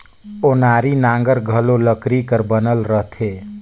ओनारी नांगर घलो लकरी कर बनल रहथे